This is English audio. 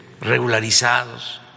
regularizados